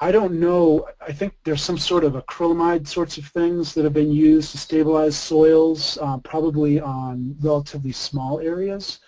i don't know, i think there's some sort of a chromide sorts of things that have been used to stabilize soils probably on relatively small areas